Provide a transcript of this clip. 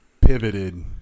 pivoted